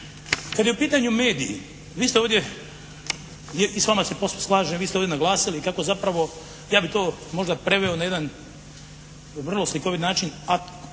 Kada je u pitanju medij, vi ste ovdje i s vama se posve slažem, vi ste ovdje naglasili kako zapravo, ja bi to možda preveo na jedan vrlo slikovit način